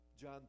John